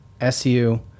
su